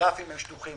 הגרפים הם שטוחים.